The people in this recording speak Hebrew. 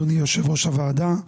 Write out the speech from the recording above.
יושב-ראש הוועדה.